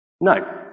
No